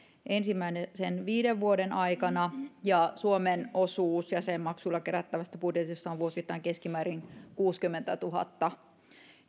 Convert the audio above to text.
ensimmäisen viiden vuoden aikana ja suomen osuus jäsenmaksuilla kerättävästä budjetista on vuosittain keskimäärin kuusikymmentätuhatta